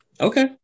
Okay